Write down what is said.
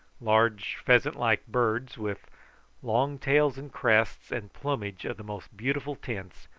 large pheasant-like birds, with long tails and crests, and plumage of the most beautiful tints,